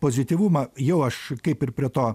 pozityvumą jau aš kaip ir prie to